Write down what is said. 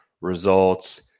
results